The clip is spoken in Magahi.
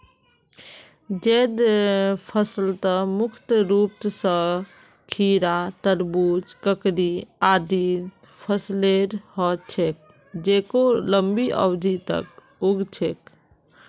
जैद फसलत मुख्य रूप स खीरा, तरबूज, ककड़ी आदिर फसलेर ह छेक जेको लंबी अवधि तक उग छेक